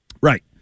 Right